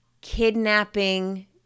kidnapping